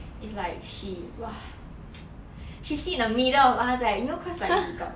it's like she !wah! she sit in the middle of us eh you know cause like